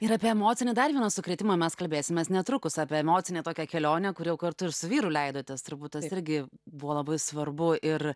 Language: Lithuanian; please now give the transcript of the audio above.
ir apie emocinį dar vieną sukrėtimą mes kalbėsimės netrukus apie emocinę tokią kelionę kur jau kartu ir su vyru leidotės turbūt tas irgi buvo labai svarbu ir